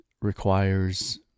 requires